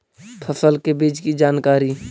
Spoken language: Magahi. फसल के बीज की जानकारी?